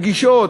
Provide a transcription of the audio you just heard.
פגישות,